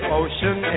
ocean